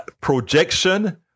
Projection